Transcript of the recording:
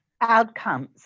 outcomes